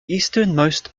easternmost